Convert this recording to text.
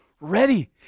ready